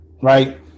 right